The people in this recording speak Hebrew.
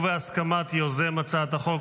בהסכמת יוזם הצעת החוק,